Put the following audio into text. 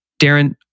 Darren